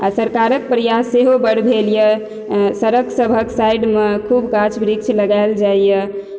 आ सरकारक प्रयास सेहो बड भेल यऽ सड़क सबहक साइडमे खूब गाछ वृक्ष लगाएल जाइया